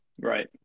Right